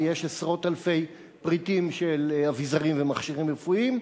ויש עשרות אלפי פריטים של אביזרים ומכשירים רפואיים.